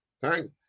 Thank